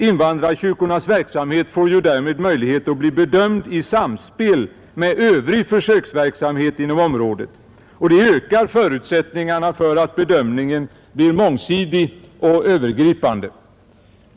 Invandrarkyrkornas verksamhet får därmed möjlighet att bli bedömd i samspel med övrig försöksverksamhet inom området. Det ökar förutsättningarna för att bedömningen blir mångsidig och övergripande.